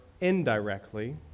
indirectly